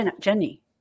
Jenny